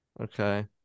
Okay